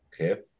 Okay